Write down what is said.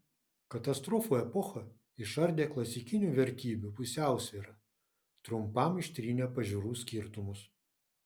katastrofų epocha išardė klasikinių vertybių pusiausvyrą trumpam ištrynė pažiūrų skirtumus